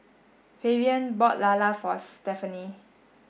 Fabian bought Lala for Stephany